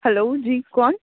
hello جی کون